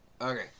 Okay